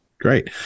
Great